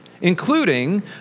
including